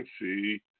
see